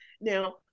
now